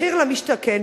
מחיר למשתכן,